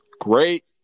great